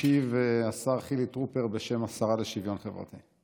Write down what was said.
ישיב השר חילי טרופר, בשם השרה לשוויון חברתי.